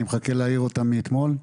אני מחכה להעיר אותה מאתמול.